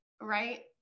right